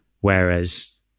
Whereas